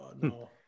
No